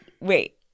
wait